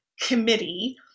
committee